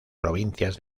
provincias